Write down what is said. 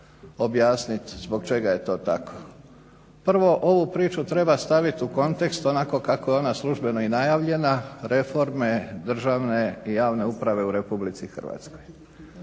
objasnit zbog čega je to tako. Prvo, ovu priču treba stavit u kontekst onako kako je ona službeno i najavljena, reforme državne i javne uprave u Republici Hrvatskoj,